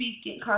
speaking